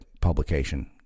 publication